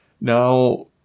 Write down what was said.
Now